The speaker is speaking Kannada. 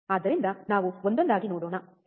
ಆದ್ದರಿಂದ ನಾವು ಒಂದೊಂದಾಗಿ ನೋಡೋಣ ಸರಿ